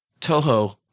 toho